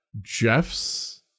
Jeff's